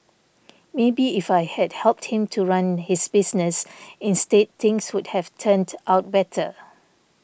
maybe if I had helped him to run his business instead things would have turned out better